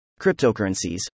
Cryptocurrencies